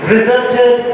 Resulted